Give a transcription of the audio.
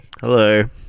Hello